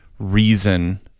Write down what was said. reason